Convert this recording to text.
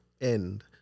end